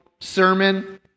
sermon